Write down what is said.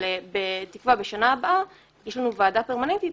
בתקווה בשנה הבאה יש לנו ועדה פרמננטית,